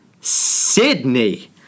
Sydney